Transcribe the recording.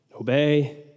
obey